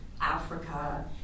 Africa